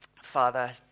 Father